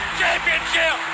championship